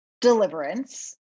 deliverance